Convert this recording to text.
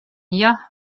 jah